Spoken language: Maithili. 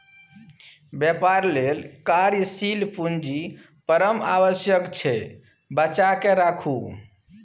बेपार लेल कार्यशील पूंजी परम आवश्यक छै बचाकेँ राखू